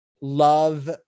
love